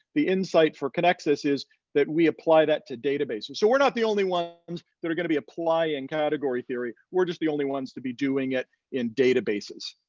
the insight for conexus is that we apply that to databases. so we're not the only ones um that are gonna be applying and category theory. we're just the only ones to be doing it in databases.